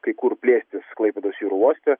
kai kur plėstis klaipėdos jūrų uoste